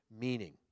meaning